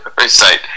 recite